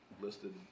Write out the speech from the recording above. listed